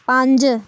ਪੰਜ